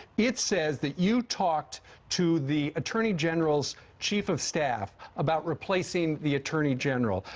it says that you talked to the attorney general's chief of staff about replacing the attorney general.